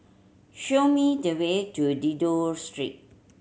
show me the way to Dido Street